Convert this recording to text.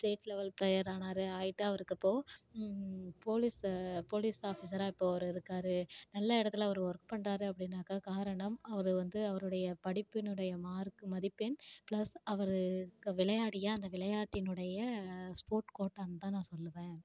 state லெவலுக்கு தயாரானார் ஆகிட்டு அவருக்கு அப்போது போலீஸ போலீஸ் ஆஃபீஸரா இப்போது அவர் இருக்காரு நல்ல இடத்துல அவரு ஒர்க் பண்ணுறாரு அப்படினாக்கா காரணம் அவர் வந்து அவருடைய படிப்பின் உடைய மார்க் மதிப்பெண் பிளஸ் அவரு விளையாடிய அந்த விளையாட்டினுடைய ஸ்போர்ட் கோட்டானு தான் நான் சொல்லுவேன்